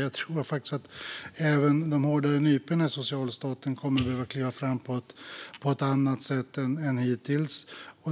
Jag tror faktiskt att även de hårdare nyporna i socialstaten kommer att behöva tas till på ett annat sätt än hittills.